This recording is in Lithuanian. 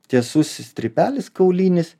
tiesus strypelis kaulinis